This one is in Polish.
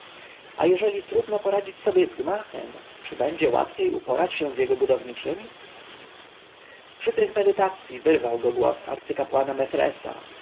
a jeżeli trudno poradzić sobie z gmachem czy będzie łatwiej uporać się z jego budowniczymi z przykrych medytacyj wyrwał go głos arcykapłana mefresa